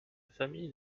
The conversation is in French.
famille